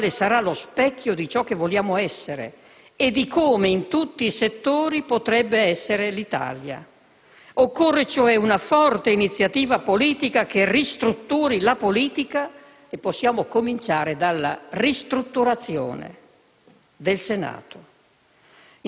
quale sarà lo specchio di ciò che vogliamo essere e di come in tutti i settori potrebbe essere l'Italia. Occorre cioè una forte iniziativa politica che ristrutturi la politica, e possiamo cominciare dalla ristrutturazione del Senato.